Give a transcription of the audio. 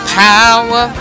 power